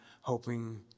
hoping